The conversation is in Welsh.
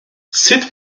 sut